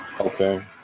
Okay